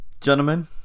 gentlemen